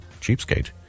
cheapskate